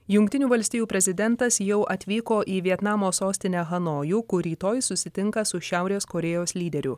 jungtinių valstijų prezidentas jau atvyko į vietnamo sostinę hanojų kur rytoj susitinka su šiaurės korėjos lyderiu